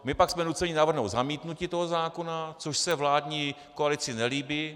My pak jsme nuceni navrhnout zamítnutí toho zákona, což se vládní koalici nelíbí.